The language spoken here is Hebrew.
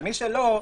ומי שלא,